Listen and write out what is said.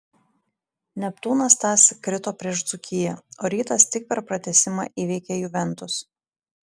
neptūnas tąsyk krito prieš dzūkiją o rytas tik per pratęsimą įveikė juventus